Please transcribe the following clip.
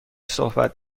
صحبت